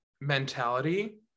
mentality